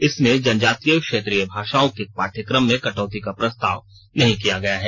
इसमें जनजातीय क्षेत्रीय भाषाओं के पाठ्यक्रम में कटौती का प्रस्ताव नहीं किया गया है